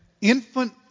infant